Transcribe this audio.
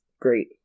great